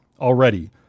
Already